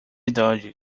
idade